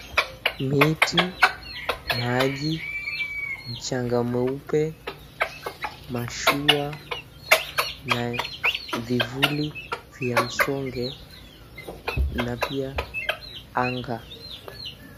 Miti, maji, mchanga mweupe, mashua na vivuli vya msongwe na pia anga.